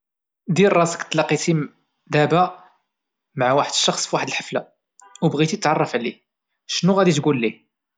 دير راسك تلاقيتي دبا مع واحد الشخص ف واحد الحفلة وبغيتي تتعرف عليه شنو غادي تقوليه؟